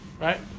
Right